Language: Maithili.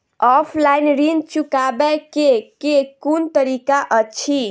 ऑफलाइन ऋण चुकाबै केँ केँ कुन तरीका अछि?